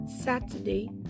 Saturday